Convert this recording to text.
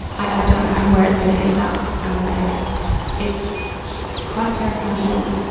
i don't know where it's going to end up um and it's it's quite a terrifying journey.